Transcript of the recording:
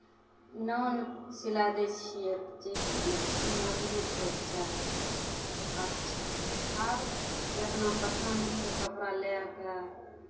नान सिलाइ दै छियै जे कि मजबूत होइ छै अच्छा आब जे अपना पसन्दसँ कपड़ा लए कऽ